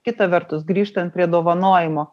kita vertus grįžtant prie dovanojimo